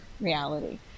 reality